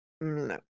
No